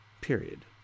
Period